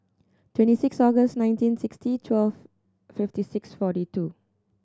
twenty six August nineteen sixty twelve fifty six forty two